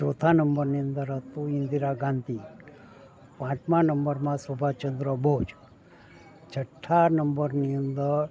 ચોથા નંબરની અંદર હતું ઇન્દિરા ગાંધી પાંચમા નંબર સુભાષ ચંદ્ર બોઝ છઠ્ઠા નંબરની અંદર